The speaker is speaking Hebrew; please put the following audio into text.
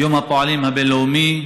יום הפועלים הבין-לאומי,